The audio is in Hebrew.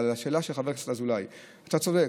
לשאלה של חבר הכנסת אזולאי, אתה צודק,